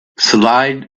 slide